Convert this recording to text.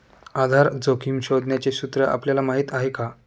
आधार जोखिम शोधण्याचे सूत्र आपल्याला माहीत आहे का?